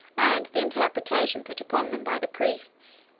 and the interpretation put upon them by the priests.